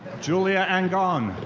julia angon.